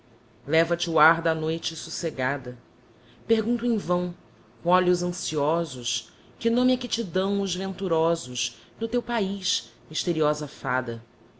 leva te o ar da noite socegada pergunto em vão com olhos anciosos que nome é que te dão os venturosos no teu paiz mysteriosa fada